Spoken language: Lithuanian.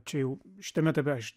čia jau šitam etape aš